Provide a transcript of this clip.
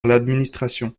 l’administration